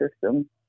system